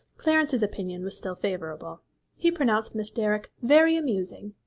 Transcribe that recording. clarence's opinion was still favourable he pronounced miss derrick very amusing,